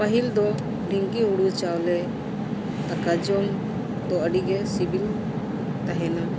ᱯᱟᱹᱦᱤᱞ ᱫᱚ ᱰᱷᱤᱝᱠᱤ ᱦᱩᱲᱩ ᱪᱟᱣᱞᱮ ᱫᱟᱠᱟ ᱡᱚᱢ ᱫᱚ ᱟᱹᱰᱤ ᱜᱮ ᱥᱤᱵᱤᱞ ᱛᱟᱦᱮᱱᱟ